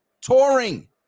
touring